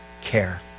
care